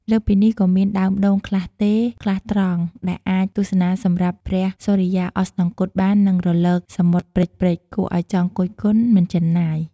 លើសពីនេះ ក៏មានដើមដូងខ្លះទេរ ខ្លះត្រង់ ដែលអាចទស្សនាសម្រស់ព្រះសុរិយាអស្តង្គតបាន និងរលកសមុទ្រព្រិចៗ គួរឱ្យចង់គយគន់មិនជិនណាយ។